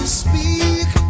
speak